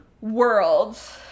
worlds